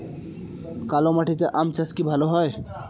কালো মাটিতে আম চাষ কি ভালো হয়?